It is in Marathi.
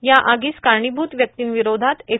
या आगीस कारणीभूत व्यक्तींविरोधात एफ